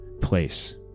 place